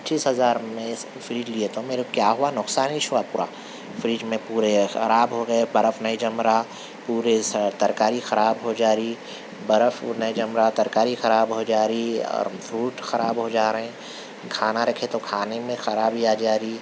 پچیس ہزار میں اس فریج لیا تھا میرے کیا ہوا نقصان ہی ایچ ہوا پورا فریج میں پورے خراب ہو گئے برف نہیں جم رہا پورے ترکاری خراب ہو جا رہی برف نہیں جم رہا ترکاری خراب ہو جا رہی اور فروٹ خراب ہو جا رہے ہیں کھانا رکھے تو کھانے میں خرابی آ جا رہی ہے